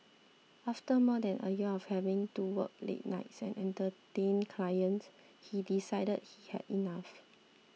after more than a year of having to work late nights and Entertain Clients he decided he had had enough